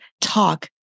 talk